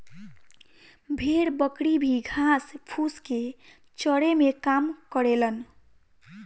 भेड़ बकरी भी घास फूस के चरे में काम करेलन